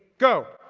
go